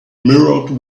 mirrored